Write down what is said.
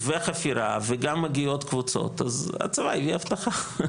וחפירה, וגם מגיעות קבוצות, אז הצבא הביא אבטחה.